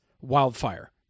wildfire